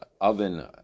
oven